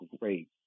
great